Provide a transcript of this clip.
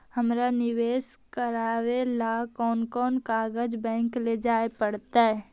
हमरा निवेश करे ल कोन कोन कागज बैक लेजाइ पड़तै?